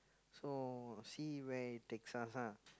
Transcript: so see where it takes us ah